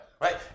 Right